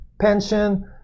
pension